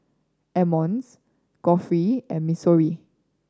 Emmons Geoffrey and Missouri